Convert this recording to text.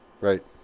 right